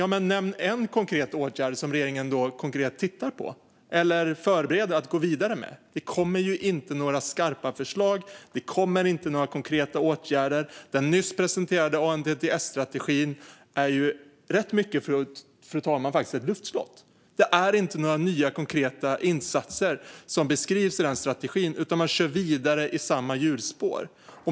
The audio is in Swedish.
Ja, men nämn då en konkret åtgärd som regeringen tittar på eller förbereder för att gå vidare med! Det kommer inte några skarpa förslag. Det kommer inte några konkreta åtgärder. Den nyss presenterade ANDTS-strategin är faktiskt rätt mycket, fru talman, ett luftslott. Det är inte några nya konkreta insatser som beskrivs i den strategin, utan man kör vidare i samma hjulspår.